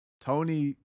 Tony